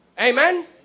Amen